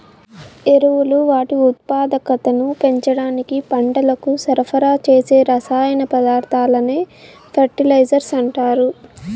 ఎరువులు వాటి ఉత్పాదకతను పెంచడానికి పంటలకు సరఫరా చేసే రసాయన పదార్థాలనే ఫెర్టిలైజర్స్ అంటారు